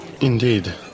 indeed